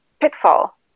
pitfall